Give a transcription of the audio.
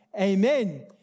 Amen